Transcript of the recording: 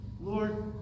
Lord